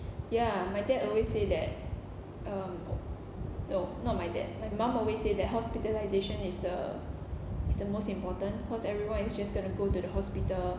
ya my dad always say that um no not my dad my mum always say that hospitalisation is the is the most important cause everyone is just going to go to the hospital